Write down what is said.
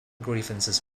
grievances